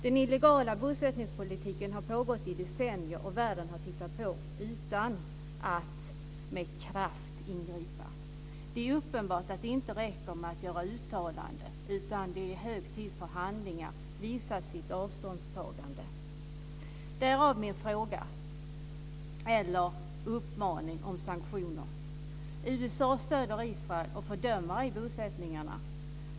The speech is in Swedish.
Den illegala bosättningspolitiken har pågått i decennier, och världen har tittat på utan att med kraft ingripa. Det är uppenbart att det inte räcker med att göra uttalanden, utan det är hög tid för handlingar och för att visa sitt avståndstagande. Därav kommer min uppmaning om sanktioner. USA stöder Israel och fördömer ej bosättningarna.